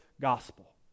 gospel